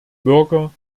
bürger